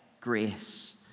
grace